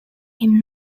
him